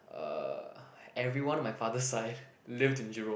uh everyone of my father side lived in Jurong